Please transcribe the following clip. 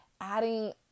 adding